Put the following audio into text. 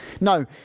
No